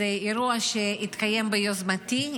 זה אירוע שיתקיים ביוזמתי,